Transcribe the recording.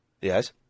Yes